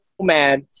mad